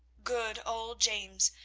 good old james,